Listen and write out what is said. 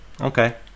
Okay